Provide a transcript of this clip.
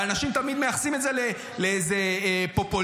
ואנשים תמיד מייחסים את זה לאיזה פופוליזם.